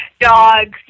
Dogs